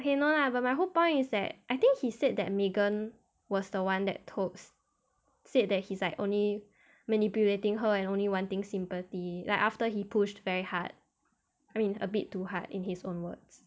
okay no lah but my whole point is that I think he said that megan was the one that totes said that he's like only manipulating her and only wanting sympathy like after he pushed very hard I mean a bit too hard in his own words